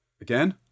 Again